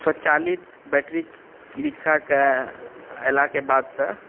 स्वचालित battery e रिक्शाके एलाके बादसँ